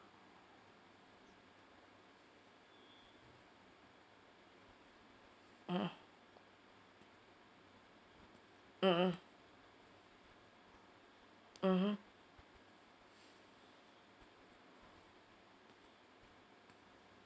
mmhmm mmhmm mmhmm